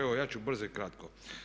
Evo ja ću brzo i kratko.